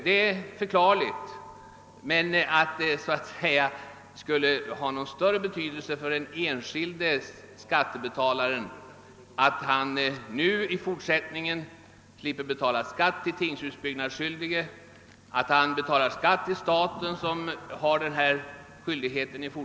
Det är förklarligt, men att det så att säga skulle ha någon större betydelse för den enskilde skattebetalaren att han i fortsättningen kommer att slippa betala skatt till tingshusbyggnadsskyldige och i stället får betala denna skatt till staten, som i fortsättningen skall ha denna skyldighet, tror jag inte på.